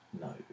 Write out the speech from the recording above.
No